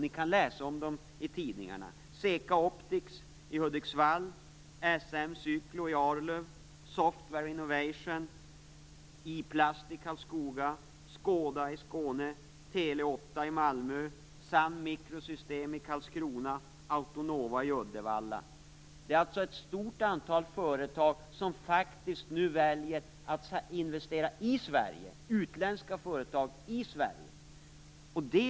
Ni kan läsa om dem i tidningarna: Seka Optics i Hudiksvall, SM Cyklo i Karlskrona, Autonova i Uddevalla. Det är ett stort antal företag som nu faktiskt väljer att investera i Sverige, alltså utländska företag som väljer att investera i Sverige.